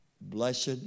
Blessed